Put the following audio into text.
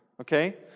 okay